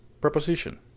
Preposition